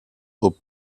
aux